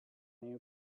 new